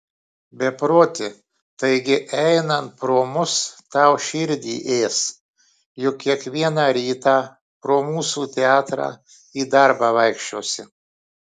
beproti taigi einant pro mus tau širdį ės juk kiekvieną rytą pro mūsų teatrą į darbą vaikščiosi